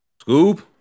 Scoop